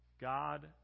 God